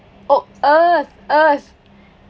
oh earth earth